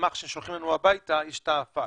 במסמך ששולחים אלינו הביתה יש את מספר הפקס.